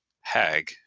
Hag